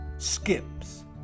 skips